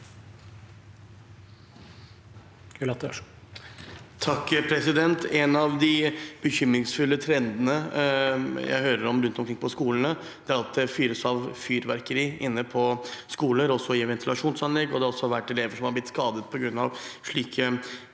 En av de bekym- ringsfulle trendene jeg hører om rundt omkring på skolene, er at det fyres av fyrverkeri inne på skoler, også i ventilasjonsanlegg, og det har også vært elever som har blitt skadet på grunn av slike